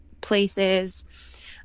places